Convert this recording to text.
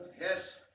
Yes